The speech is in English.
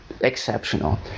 exceptional